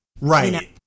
Right